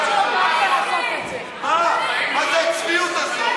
מה זה הצביעות הזו?